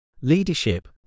Leadership